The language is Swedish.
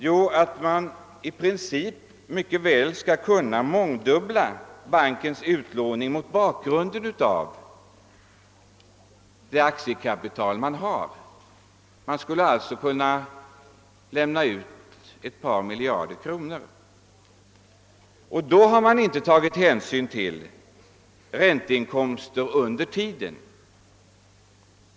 Jo, att banken i princip skall kunna mångdubbla sin utlåning mot bakgrunden av det aktiekapital som banken har. Banken skulle alltså kunna lämna ut ett par miljarder kronor. Och då har hänsyn inte tagits till ränteinkomster under tiden.